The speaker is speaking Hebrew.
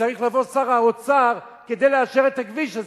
וצריך לבוא שר האוצר כדי לאשר את הכביש הזה.